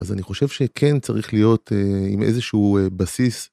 אז אני חושב שכן צריך להיות עם איזשהו בסיס.